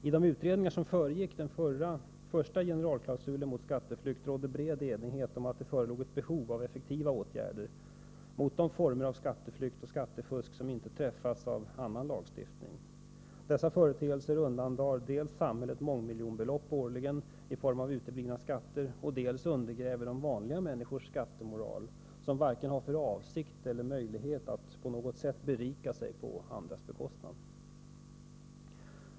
I de utredningar som föregick den första generalklausulen mot skatteflykt rådde bred enighet om att det förelåg ett behov av effektiva åtgärder mot de former av skatteflykt och skattefusk som inte träffas av annan lagstiftning. Dessa företeelser undandrar samhället mångmiljonbelopp årligen i form av uteblivna skatter, och dessutom undergräver de vanliga människors skattemoral, människor som varken har för avsikt eller möjlighet att på något sätt berika sig på andras bekostnad.